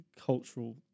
cultural